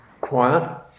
quiet